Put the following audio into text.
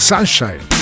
Sunshine